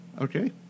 Okay